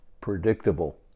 predictable